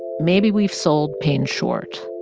maybe we've sold pain short,